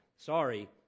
Sorry